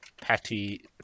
Patty